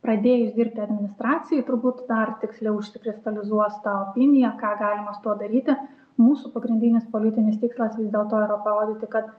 pradėjus dirbti administracijoj turbūt dar tiksliau išsikristalizuos ta opinija ką galima su tuo daryti mūsų pagrindinis politinis tikslas vis dėlto yra parodyti kad